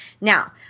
Now